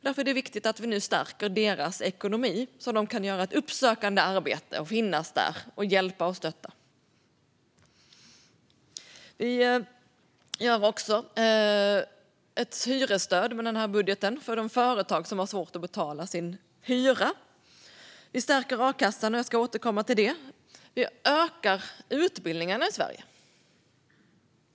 Därför är det viktigt att vi nu stärker dessa ideella organisationers ekonomi, så att de kan göra ett uppsökande arbete, finnas där och hjälpa och stötta. I denna budget föreslår vi också ett hyresstöd för de företag som har svårt att betala sin hyra. Vi stärker också a-kassan, och jag ska återkomma till det. Vi ökar antalet utbildningar i Sverige.